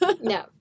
No